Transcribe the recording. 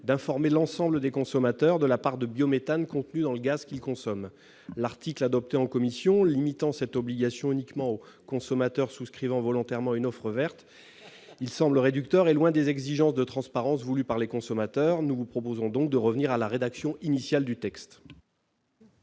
d'informer l'ensemble des consommateurs de la part de biométhane contenue dans le gaz qu'ils consomment. L'article adopté en commission limite cette obligation aux consommateurs souscrivant volontairement une offre verte. Cette disposition semble réductrice et éloignée des exigences de transparence exprimées par les consommateurs. Mes chers collègues, nous vous proposons donc de revenir à la rédaction initiale du présent